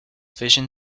vision